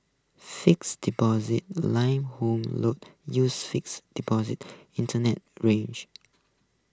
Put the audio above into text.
fixed deposit line home loans uses fixed deposit Internet range